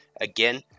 Again